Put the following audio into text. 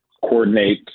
coordinate